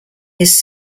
his